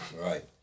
Right